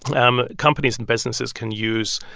um companies and businesses can use